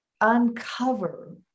uncover